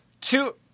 Two